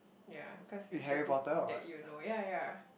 yeah cause it's a book that you know yeah yeah yeah